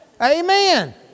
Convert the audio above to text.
Amen